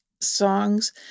songs